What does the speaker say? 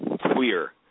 queer